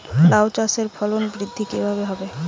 লাউ চাষের ফলন বৃদ্ধি কিভাবে হবে?